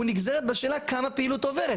הוא נגזרת בשאלה כמה פעילות עוברת?